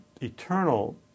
eternal